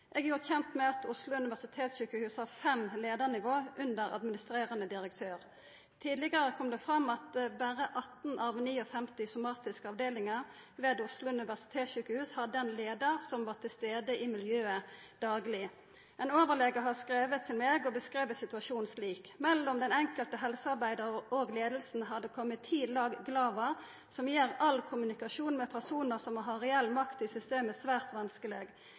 Eg er gjort kjend med at Oslo universitetssykehus har fem leiarnivå under administrerande direktør. Tidlegare kom det fram at berre 18 av 59 somatiske avdelingar ved Oslo universitetssykehus hadde ein leiar som var til stades i miljøet dagleg. Ein overlege har skrive til meg og beskriv situasjonen slik: «Mellom den enkelte helsearbeidar og leiinga har det kome ti lag Glava som gjer all kommunikasjon med personar som har reell makt i systemet, svært vanskeleg.